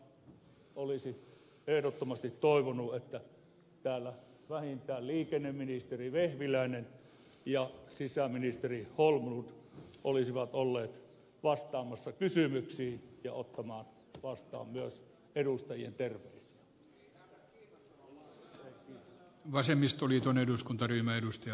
olisi ehdottomasti toivonut että täällä vähintään liikenneministeri vehviläinen ja sisäministeri holmlund olisivat olleet vastaamassa kysymyksiin ja ottamassa vastaan myös edustajien terveisiä